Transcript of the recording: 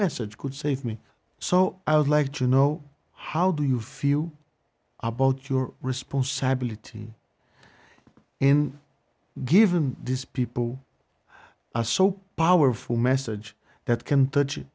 message could save me so i would like to know how do you feel about your responsibility in given these people are so powerful message that can touch